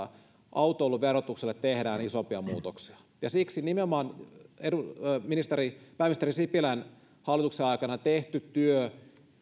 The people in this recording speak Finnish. autoiluverotukselle tehdään isompia muutoksia siksi nimenomaan pääministeri sipilän hallituksen aikana tehty työ